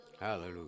Hallelujah